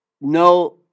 no